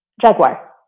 jaguar